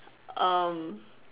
um